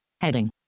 heading